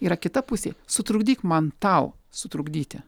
yra kita pusė sutrukdyk man tau sutrukdyti